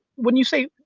when you say,